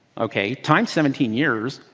ok? times seventeen years.